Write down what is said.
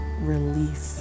relief